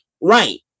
right